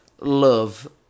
love